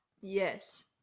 Yes